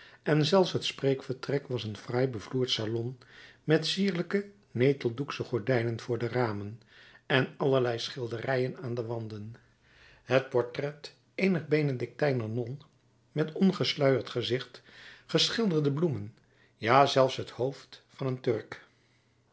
en zelfs het spreekvertrek was een fraai bevloerd salon met sierlijke neteldoeksche gordijnen voor de ramen en allerlei schilderijen aan de wanden het portret eener benedictijner non met ongesluierd gezicht geschilderde bloemen ja zelfs het hoofd van een turk